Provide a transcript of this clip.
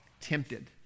tempted